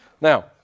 Now